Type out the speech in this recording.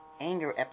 anger